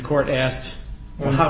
court asked well how